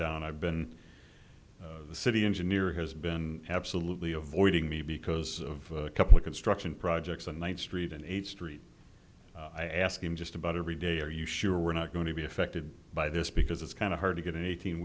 down i've been the city engineer has been absolutely avoiding me because of a couple of construction projects on one street and eighth street i asked him just about every day are you sure we're not going to be affected by this because it's kind of hard to get an eighteen